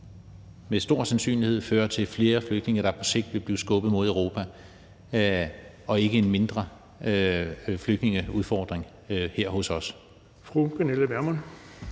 med stor sandsynlighed føre til flere flygtninge, der på sigt vil blive skubbet mod Europa, og ikke en mindre flygtningeudfordring her hos os.